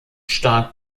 stark